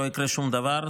לא יקרה שום דבר,